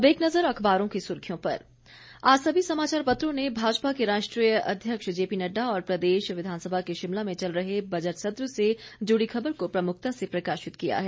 अब एक नज़र अखबारों की सुर्खियों पर आज सभी समाचार पत्रों ने भाजपा के राष्ट्रीय अध्यक्ष जेपी नडडा और प्रदेश विधानसभा के शिमला में चल रहे बजट सत्र से जुड़ी खबरों को प्रमुखता से प्रकाशित किया है